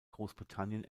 großbritannien